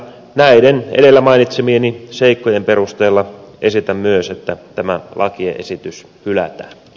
näiden edellä mainitsemieni seikkojen perusteella esitän myös että tämä lakiesitys hylätään